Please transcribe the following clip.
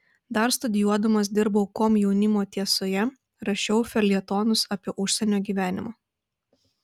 dar studijuodamas dirbau komjaunimo tiesoje rašiau feljetonus apie užsienio gyvenimą